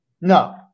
No